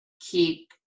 keep